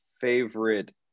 favorite